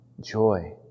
joy